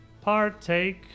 partake